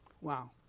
Wow